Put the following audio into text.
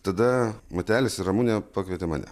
tada matelis ir ramunė pakvietė mane